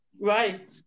Right